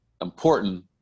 important